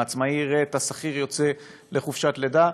העצמאי יראה את השכיר יוצא לחופשת לידה,